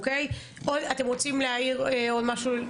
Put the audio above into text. אתם רוצים להעיר עוד משהו,